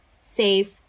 safe